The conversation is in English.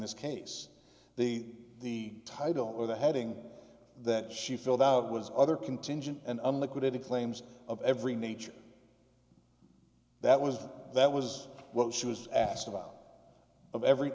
this case the title or the heading that she filled out was other contingent and liquidity claims of every nature that was that was what she was asked about of every